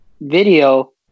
video